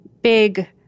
big